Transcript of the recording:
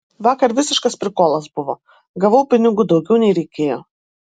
vakar visiškas prikolas buvo gavau pinigų daugiau nei reikėjo